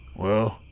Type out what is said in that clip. well,